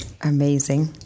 Amazing